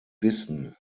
wissen